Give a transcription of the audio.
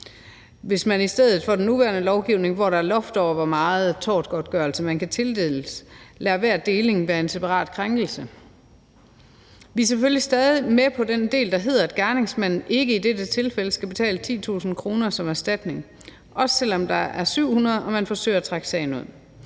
mens der i den nuværende lovgivning er et loft over, hvor meget tortgodtgørelse man kan tildeles. Vi er selvfølgelig stadig med på den del, der hedder, at gerningsmanden ikke i dette tilfælde skal slippe for at betale 10.000 kr. som erstatning, også selv om der er 700 og man forsøger at trække sagen ud.